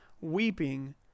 weeping